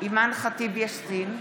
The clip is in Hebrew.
אימאן ח'טיב יאסין,